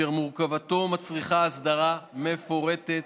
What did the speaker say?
אשר מורכבותו מצריכה הסדרה מפורטת,